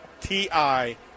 TI